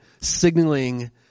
signaling